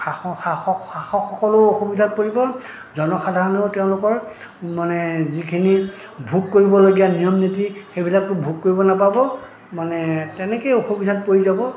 শাসক শাসকসকলেও অসুবিধাত পৰিব জনসাধাৰণেও তেওঁলোকৰ মানে যিখিনি ভোগ কৰিবলগীয়া নিয়ম নীতি সেইবিলাকো ভোগ কৰিব নাপাব মানে তেনেকেই অসুবিধাত পৰি যাব